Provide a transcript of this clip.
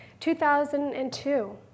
2002